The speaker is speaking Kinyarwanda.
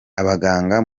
abaganga